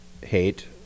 hate